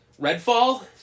Redfall